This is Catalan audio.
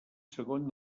segon